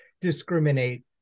discriminate